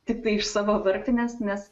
tiktai iš savo varpinės nes